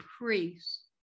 priests